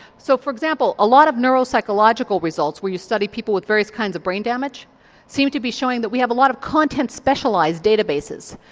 so for example a lot of neuropsychological results where you study people with various kinds of brain damage seem to be showing that we have a lot of content specialised databases.